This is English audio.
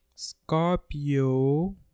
scorpio